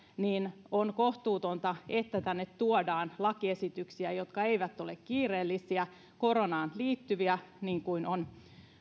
niin on kohtuutonta että tänne tuodaan lakiesityksiä jotka eivät ole kiireellisiä koronaan liittyviä niin kuin on